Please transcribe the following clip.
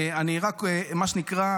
מה שנקרא,